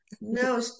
No